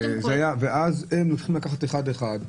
הם צריכים לקחת אחד-אחד.